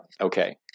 okay